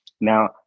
now